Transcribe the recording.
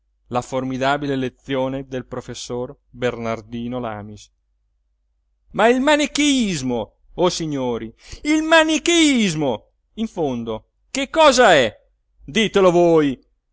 la formidabile lezione del professor bernardino lamis ma il manicheismo o signori il manicheismo in fondo che cosa è ditelo voi